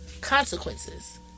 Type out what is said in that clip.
consequences